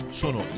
sono